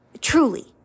truly